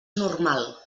normal